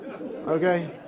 Okay